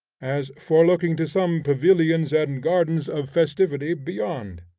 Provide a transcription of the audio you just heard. as forelooking to some pavilions and gardens of festivity beyond.